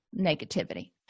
negativity